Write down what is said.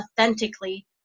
authentically